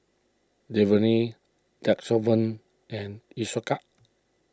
Dermaveen Redoxon and Isocal